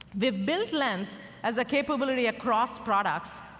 the built lens has a capability across products.